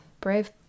brave